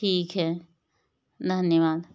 ठीक है धन्यवाद